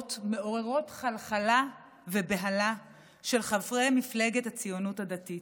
אמירות מעוררות חלחלה ובהלה של חברי מפלגת הציונות הדתית,